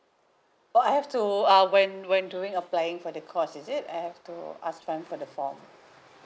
oh I have to uh when when during applying for the course is it I have to ask them for the form